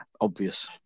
Obvious